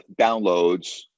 downloads